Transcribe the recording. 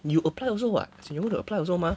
you apply also [what] she know you apply also mah